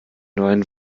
neun